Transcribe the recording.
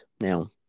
Now